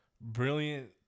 brilliant